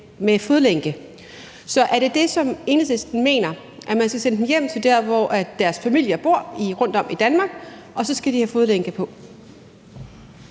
med fodlænke. Så er det det, som Enhedslisten mener, altså at man skal sende dem hjem til der, hvor deres familier bor rundtom i Danmark, og så skal de have fodlænke på?